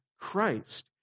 Christ